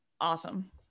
Awesome